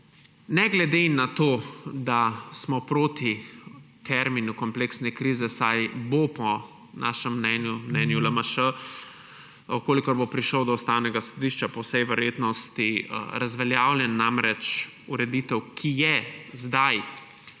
Ne glede na to, da smo proti terminu kompleksne krize, saj bo po našem mnenju, mnenju LMŠ, v kolikor bo prišel do Ustavnega sodišča, po vsej verjetnosti razveljavljen; namreč ureditev, ki je zdaj